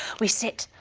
we sit,